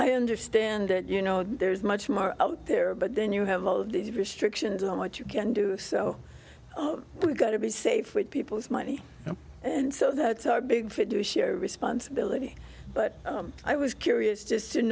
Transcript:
i understand that you know there's much more out there but then you have all these restrictions on what you can do so we've got to be safe with people's money and so that's our big responsibility but i was curious just